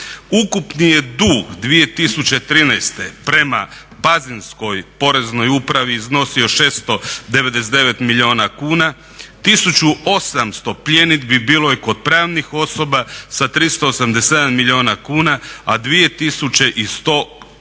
Ukupni je dug 2013. prema pazinskoj Poreznoj upravi iznosio 699 milijuna kuna, 1800 pljenidbi bilo je kod pravnih osoba sa 387 milijuna kuna, a 2100 pljenidbi